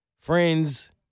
friends